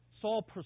Saul